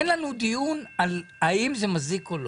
אין לנו דיון על האם זה מזיק או לא.